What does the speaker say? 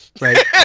Right